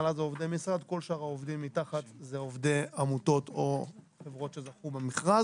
כל שאר העובדים מתחת זה עובדי עמותות או חברות שזכו במכרז.